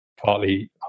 partly